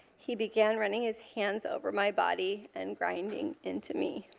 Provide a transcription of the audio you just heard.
he began running his hands over my body and grinding into me.